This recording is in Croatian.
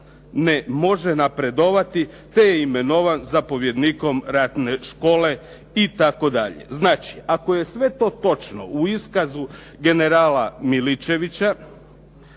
ne može napredovati, te je imenovan zapovjednikom ratne škole itd. Znači, ako je sve to točno u iskazu generala Miličevića,